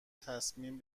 تصمیم